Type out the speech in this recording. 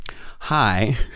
hi